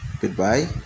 Goodbye